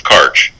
Karch